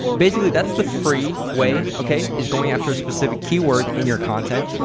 basically that's the free way, okay? is going after a specific key word in your content.